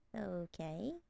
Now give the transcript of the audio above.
Okay